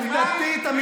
עובדתית,